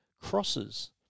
crosses